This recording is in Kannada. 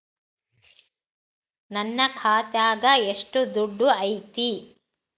ನನ್ನ ಖಾತ್ಯಾಗ ಎಷ್ಟು ದುಡ್ಡು ಐತಿ?